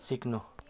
सिक्नु